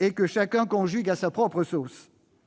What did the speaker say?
et que chacun conjugue à sa propre sauce.